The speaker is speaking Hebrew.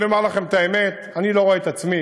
ואני אומר לכם את האמת: אני לא רואה את עצמי